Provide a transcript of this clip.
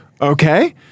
Okay